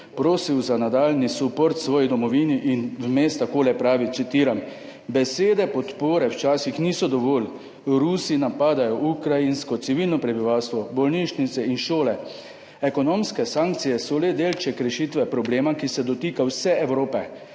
prosil za nadaljnji suport svoji domovini in vmes takole pravi, citiram: »Besede podpore včasih niso dovolj. Rusi napadajo ukrajinsko civilno prebivalstvo, bolnišnice in šole. Ekonomske sankcije so le delček rešitve problema, ki se dotika vse Evrope.